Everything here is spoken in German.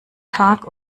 tag